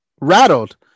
rattled